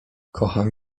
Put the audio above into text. kocham